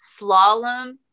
slalom